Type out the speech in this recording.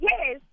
Yes